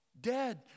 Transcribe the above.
Dead